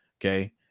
Okay